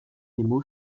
nemo